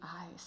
eyes